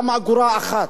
גם אגורה אחת,